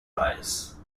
prize